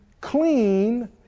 clean